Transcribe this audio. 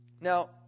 Now